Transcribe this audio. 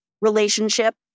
relationship